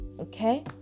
okay